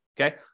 Okay